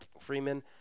Freeman